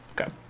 Okay